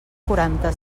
quaranta